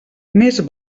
més